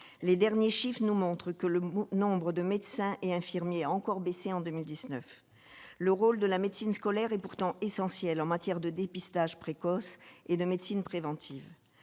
les derniers chiffres nous montrent que le nombre de médecins et infirmiers a encore baissé en 2019 le rôle de la médecine scolaire est pourtant essentiel en matière de dépistage précoce et de médecine préventive